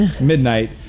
Midnight